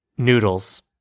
Noodles